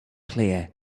clear